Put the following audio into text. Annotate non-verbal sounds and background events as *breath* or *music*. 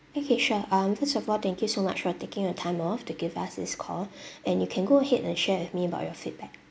okay sure um first of all thank you so much for taking your time off to give us this call *breath* and you can go ahead and share with me about your feedback